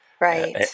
right